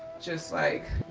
just like,